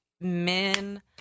men